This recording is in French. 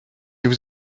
vous